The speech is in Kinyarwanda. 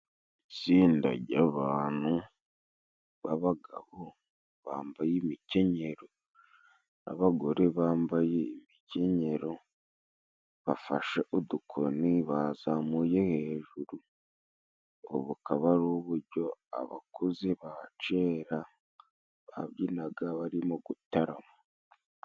Itsinda ry'abantu b'abagabo bambaye imikenyero n'abagore bambaye imikenyero bafashe udukoni bazamuye hejuru. Ubu akaba ari uburyo abakuze ba cyera babyinaga bari mu gutarama.